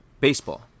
baseball